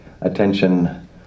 attention